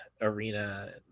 arena